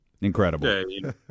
Incredible